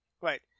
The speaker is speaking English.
Right